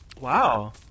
Wow